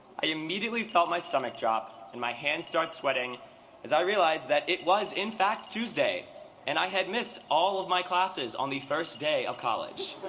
i immediately felt my stomach drop and my hand starts sweating as i realized that it was in fact tuesday and i had missed all of my classes on the first day of college.